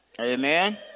Amen